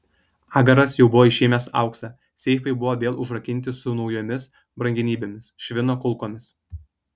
agaras jau buvo išėmęs auksą seifai buvo vėl užrakinti su naujomis brangenybėmis švino kulkomis